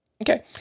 Okay